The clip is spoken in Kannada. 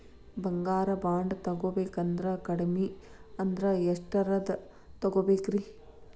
ಬಂಗಾರ ಬಾಂಡ್ ತೊಗೋಬೇಕಂದ್ರ ಕಡಮಿ ಅಂದ್ರ ಎಷ್ಟರದ್ ತೊಗೊಬೋದ್ರಿ?